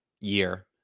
year